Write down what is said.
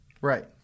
Right